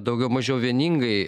daugiau mažiau vieningai